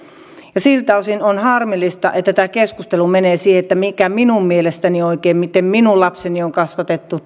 ja siltä osin on harmillista että tämä keskustelu menee siihen että mikä minun mielestäni on oikein ja miten minun lapseni on kasvatettu